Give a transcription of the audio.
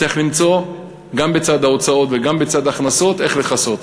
צריך למצוא גם בצד ההוצאות וגם בצד ההכנסות איך לכסות.